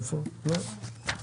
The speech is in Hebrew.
יש.